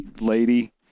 lady